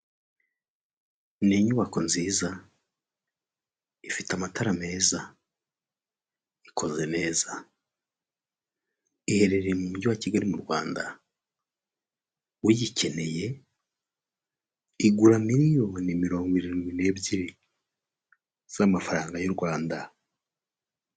Ni inyubako nziza ifite amatara meza ikoze neza iherereye mu mujyi wa Kigali mu Rwanda uyikeneye, igura miliyoni mirongo irindwi n'ebyiri z'amafaranga y'u Rwanda.